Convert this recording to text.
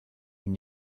une